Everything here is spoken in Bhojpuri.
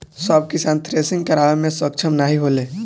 सब किसान थ्रेसिंग करावे मे सक्ष्म नाही होले